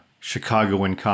Chicagoan